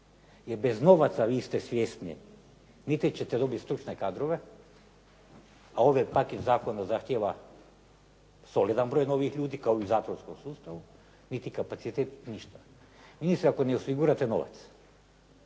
bez novaca vi ste svjesni niti ćete dobiti stručne kadrove, a ove pak i zakonom zahtjeva solidan broj ljudi kao i u zatvorskom sustavu, niti kapacitet ništa. Ništa ni ako osigurate novac.